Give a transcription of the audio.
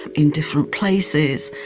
in different places,